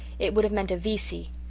it would have meant a v c.